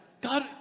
God